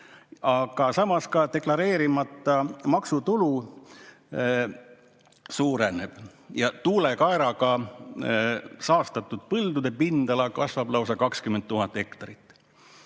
Aga samas ka deklareerimata maksutulu suureneb ja tuulekaeraga saastatud põldude pindala kasvab lausa 20 000 hektarit.